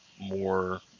more